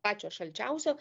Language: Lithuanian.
pačio šalčiausio